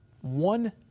one